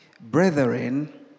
Brethren